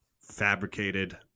fabricated